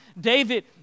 David